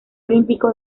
olímpico